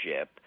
ship